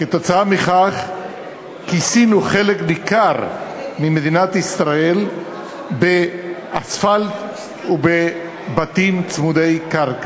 כתוצאה מכך כיסינו חלק ניכר ממדינת ישראל באספלט ובבתים צמודי קרקע.